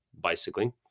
bicycling